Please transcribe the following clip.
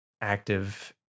active